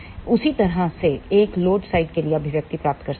उसी तरह से एक लोड साइड के लिए अभिव्यक्ति प्राप्त कर सकता है